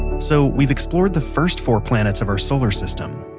so we've explored the first four planets of our solar system,